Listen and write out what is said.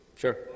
Sure